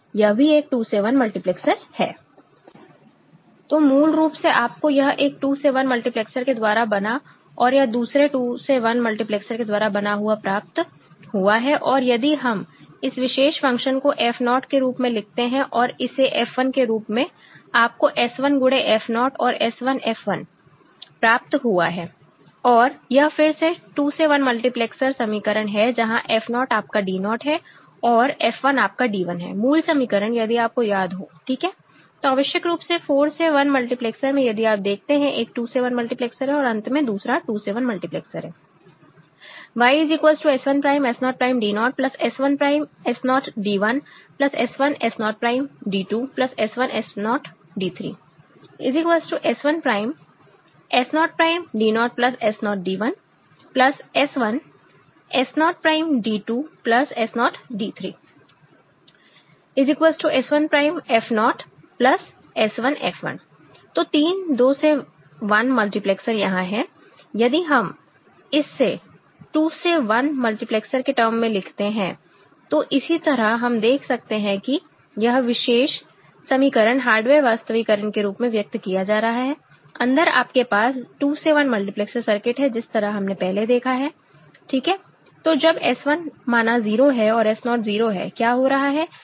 यह भी एक 2 से 1 मल्टीप्लेक्सर है तो मूल रूप से आपको यह एक 2 से 1 मल्टीप्लैक्सर के द्वारा बना और यह दूसरे 2 से 1 मल्टीप्लेक्स के द्वारा बना हुआ प्राप्त हुआ है और यदि हम इस विशेष फंक्शन को F naught के रूप में लिखते हैं और इसे F 1 के रूप में आपको S 1 गुणे F naught और S 1 F 1 प्राप्त हुआ है और यह फिर से 2 से 1 मल्टीप्लेक्सर समीकरण है जहां F naught आपका Do है और F 1 आपका D1 है मूल समीकरण यदि आपको याद हो ठीक है तो आवश्यक रूप से 4 से 1 मल्टीप्लैक्सर में यदि आप देखते हैं एक 2 से 1 मल्टीप्लैक्सर है और अंत में दूसरा 2 से 1 मल्टीप्लैक्सर है Y S1'S0'D0 S1'S0D1 S1S0'D2 S1S0D3 S1'S0'D0 S0D1 S1S0'D2 S0D3 S1'F0 S1F1 तो 3 2 से 1 मल्टीप्लेक्सर यहां है यदि हम इसे 2 से 1 मल्टीप्लैक्सर के टर्म में लिखते हैं तो इसी तरह हम देख सकते हैं कि यह विशेष समीकरण हार्डवेयर वास्तविकरण के रूप में व्यक्त किया जा रहा है अंदर आपके पास 2 से 1 मल्टीप्लैक्सर सर्किट है जिस तरह हमने पहले देखा है ठीक है तो जब S 1 माना 0 है और S naught 0 है क्या हो रहा है